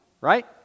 right